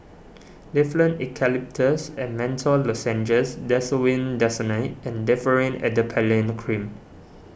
Difflam Eucalyptus and Menthol Lozenges Desowen Desonide and Differin Adapalene Cream